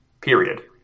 Period